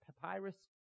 papyrus